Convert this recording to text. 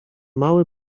mały